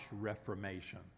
Reformation